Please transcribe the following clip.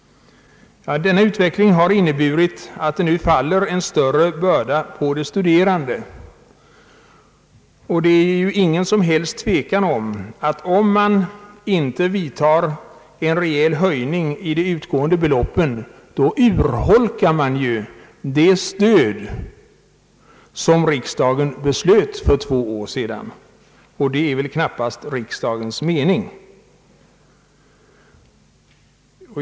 Denna utveckling har inneburit att en större börda nu läggs på de studerande. Det råder ingen som helst tvekan om att om man inte vidtar en rejäl höjning av de utgående beloppen så urholkar man det stöd som riksdagen beslöt för två år sedan. Detta är väl knappast riksdagens mening.